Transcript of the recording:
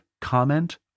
comment